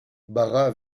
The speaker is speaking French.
bara